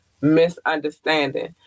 misunderstanding